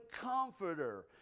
comforter